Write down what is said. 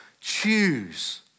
choose